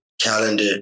calendar